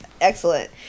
Excellent